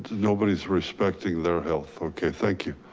nobody's respecting their health. okay, thank you.